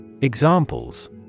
Examples